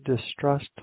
distrust